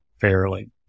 fairly